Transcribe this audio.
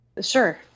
sure